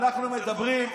אנחנו מדברים,